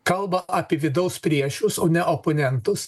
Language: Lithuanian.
kalba apie vidaus priešus o ne oponentus